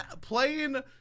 playing